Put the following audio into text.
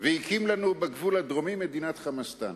והקים לנו בגבול הדרומי מדינת "חמאסטן".